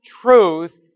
truth